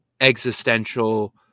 existential